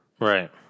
Right